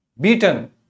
beaten